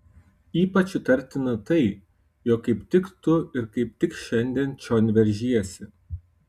ypač įtartina tai jog kaip tik tu ir kaip tik šiandien čion veržiesi